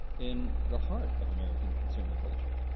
in the heart of american consumer culture.